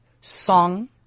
song